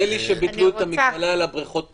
נדמה לי שביטלו את המגבלה על בריכות הפעוטות,